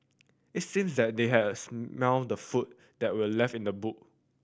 it seemed that they had a smelt the food that were left in the boot